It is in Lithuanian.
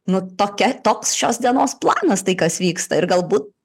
nu tokia toks šios dienos planas tai kas vyksta ir galbūt